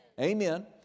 Amen